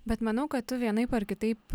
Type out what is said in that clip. bet manau kad tu vienaip ar kitaip